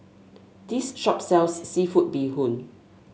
this shop sells seafood Bee Hoon